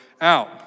out